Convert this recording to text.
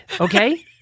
Okay